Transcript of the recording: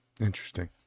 interesting